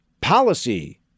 policy